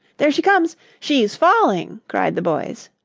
there she comes she's falling! cried the boys.